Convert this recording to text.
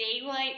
daylight